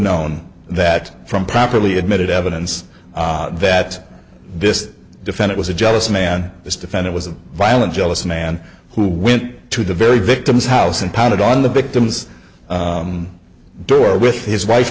known that from properly admitted evidence that this defend it was a jealous man this defend it was a violent jealous man who went to the very victim's house and pounded on the victim's door with his wife